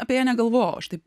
apie ją negalvojau aš taip